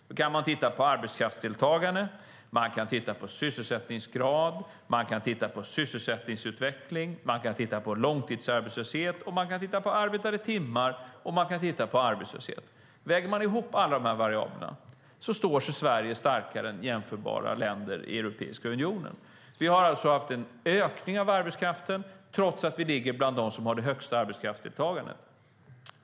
Man kan då titta på arbetskraftsdeltagande, man kan titta på sysselsättningsgrad, man kan titta på sysselsättningsutveckling, man kan titta på långtidsarbetslöshet, man kan titta på arbetade timmar och man kan titta på arbetslöshet. Väger vi ihop alla de variablerna står sig Sverige starkare än jämförbara länder i Europeiska unionen. Vi har alltså haft en ökning av arbetskraften trots att vi ligger bland dem som har det högsta arbetskraftsdeltagandet.